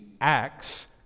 Acts